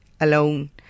alone